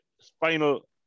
spinal